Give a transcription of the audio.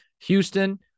Houston